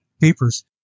papers